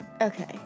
Okay